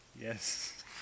Yes